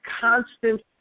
constant